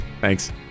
Thanks